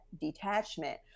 detachment